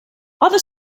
other